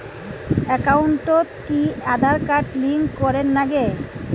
একাউন্টত কি Aadhaar card link করের নাগে?